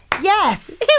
Yes